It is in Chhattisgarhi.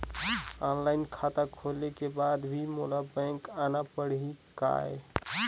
ऑनलाइन खाता खोले के बाद भी मोला बैंक आना पड़ही काय?